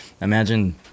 Imagine